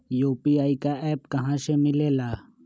UPI का app कहा से मिलेला?